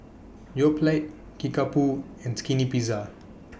Yoplait Kickapoo and Skinny Pizza